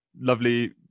lovely